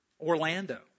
Orlando